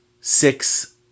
six